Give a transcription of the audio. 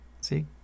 see